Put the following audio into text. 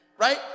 Right